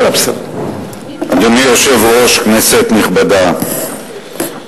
אדוני היושב-ראש, כנסת נכבדה,